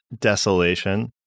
desolation